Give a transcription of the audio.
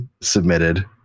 submitted